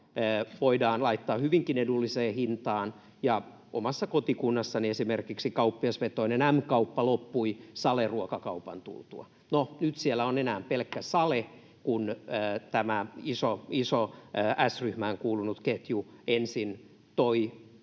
voidaan laittaa hyvinkin edulliseen hintaan, ja omassa kotikunnassani esimerkiksi kauppiasvetoinen M-kauppa loppui Sale-ruokakaupan tultua. No, nyt siellä on enää pelkkä Sale, kun tämä iso S-ryhmään kuulunut ketju ensin toi